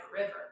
River